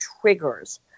triggers